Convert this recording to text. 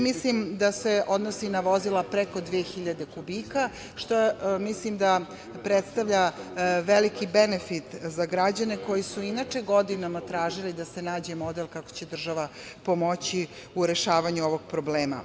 Mislim da se odnosi i na vozila preko 2.000 kubika, što mislim da predstavlja veliki benefit za građane koji su inače godinama tražili da se nađe model kako će država pomoći u rešavanju ovog problema.